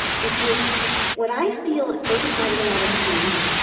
because what i feel is brokenhearted a lot of the time.